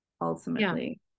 ultimately